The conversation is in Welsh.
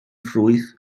ffrwyth